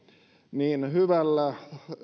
niin hyvällä